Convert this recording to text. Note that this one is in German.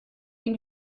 ihn